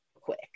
quick